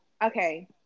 Okay